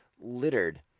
Littered